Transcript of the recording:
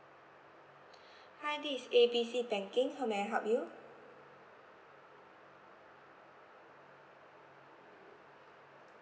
hi this is A B C banking how may I help you